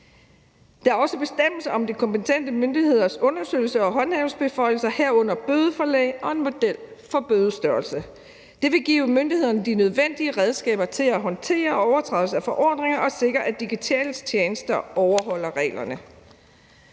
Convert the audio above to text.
Der er også bestemmelser om de kompetente myndigheders undersøgelses- og håndhævelsesbeføjelser, herunder bødeforlæg og en model for bødestørrelse. Det vil give myndighederne de nødvendige redskaber til at håndtere overtrædelser af forordningen og sikre, at de digitale tjenester overholder reglerne.